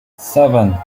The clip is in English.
seven